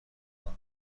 کنم